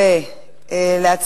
תרשמי אותי לחוק,